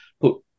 put